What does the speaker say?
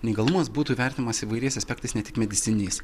neįgalumas būtų vertinamas įvairiais aspektais ne tik medicininiais